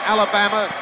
Alabama